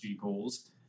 goals